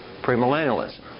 premillennialism